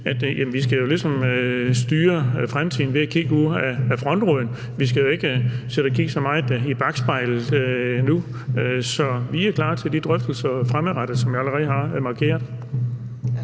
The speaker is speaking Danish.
skal styre fremtiden ved at kigge ud af frontruden; vi skal ikke sidde og kigge så meget i bakspejlet nu. Så vi er klar til de drøftelser fremadrettet, som jeg allerede har markeret.